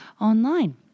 Online